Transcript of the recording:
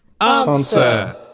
Answer